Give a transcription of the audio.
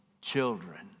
children